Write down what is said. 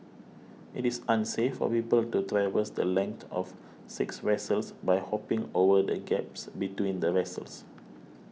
it is unsafe for people to traverse the length of six vessels by hopping over the gaps between the vessels